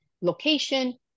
location